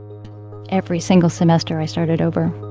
every single semester, i started over